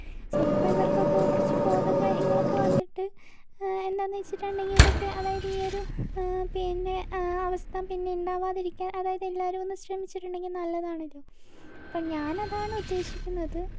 ചിലപ്പോൾ ഇവർക്കൊക്കെ കുറച്ച് ബോധം കാര്യങ്ങളൊക്കെ വന്നിട്ട് എന്താന്ന് വെച്ചിട്ടുണ്ടെങ്കിൽ ഇതൊക്കെ അതായത് ഈയൊരു പിന്നെ അവസ്ഥ പിന്നെ ഇണ്ടാവാതിരിക്കാൻ അതായത് എല്ലാവരും ഒന്ന് ശ്രമിച്ചിട്ടുണ്ടെങ്കിൽ നല്ലതാണല്ലോ അപ്പോൾ ഞാനതാണ് ഉദ്ദേശിക്കുന്നത്